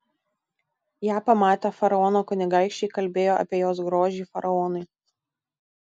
ją pamatę faraono kunigaikščiai kalbėjo apie jos grožį faraonui